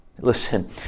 Listen